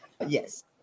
yes